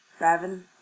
Raven